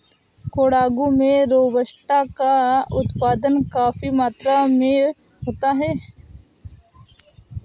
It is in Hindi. कोडागू में रोबस्टा का उत्पादन काफी मात्रा में होता है